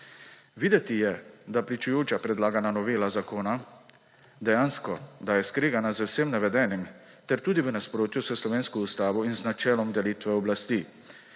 Videti je, da je pričujoča predlagana novela zakona dejansko skregana z vsem navedenim ter tudi v nasprotju s slovensko ustavo in z načelom delitve oblasti.